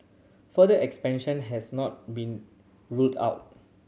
further expansion has not been ruled out